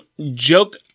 joke